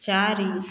ଚାରି